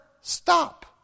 stop